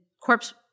corpse